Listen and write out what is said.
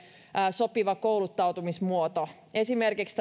sopivan kouluttautumismuodon esimerkiksi